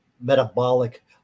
metabolic